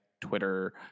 Twitter